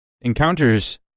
encounters